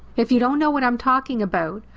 if you don't know what i'm talking about,